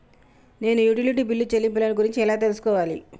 నేను utility bill చెల్లింపులను గురించి ఎలా తెలుసుకోవాలి?